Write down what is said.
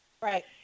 Right